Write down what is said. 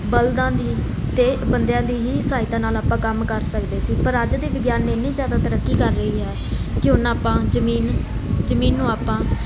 ਬਲਦਾਂ ਦੀ ਅਤੇ ਬੰਦਿਆਂ ਦੀ ਹੀ ਸਹਾਇਤਾ ਨਾਲ ਆਪਾਂ ਕੰਮ ਕਰ ਸਕਦੇ ਸੀ ਪਰ ਅੱਜ ਦੇ ਵਿਗਿਆਨ ਨੇ ਐਨੀ ਜ਼ਿਆਦਾ ਤਰੱਕੀ ਕਰ ਲਈ ਹੈ ਕਿ ਹੁਣ ਆਪਾਂ ਜ਼ਮੀਨ ਜ਼ਮੀਨ ਨੂੰ ਆਪਾਂ